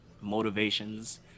motivations